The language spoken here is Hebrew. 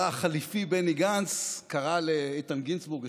החליפי בני גנץ קרא לאיתן גינזבורג,